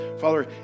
Father